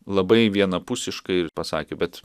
labai vienapusiškai ir pasakė bet